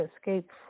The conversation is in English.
escape